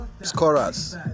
scorers